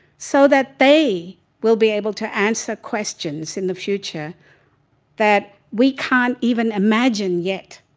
so that they will be able to answer questions in the future that we can't even imagine yet.